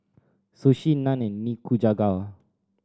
Sushi Naan and Nikujaga